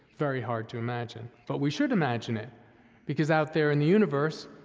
very hard to imagine, but we should imagine it because out there in the universe,